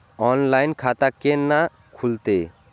Online खाता केना खुलते?